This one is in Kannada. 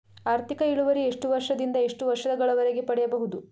ಆರ್ಥಿಕ ಇಳುವರಿ ಎಷ್ಟು ವರ್ಷ ದಿಂದ ಎಷ್ಟು ವರ್ಷ ಗಳವರೆಗೆ ಪಡೆಯಬಹುದು?